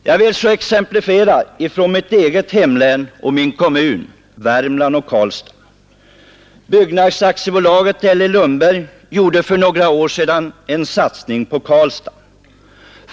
Jag vill så ge ett exempel från mitt eget län och kommun, Värmland och Karlstad. Byggnads AB L E Lundberg gjorde för några år sedan en satsning på Karlstad.